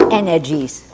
energies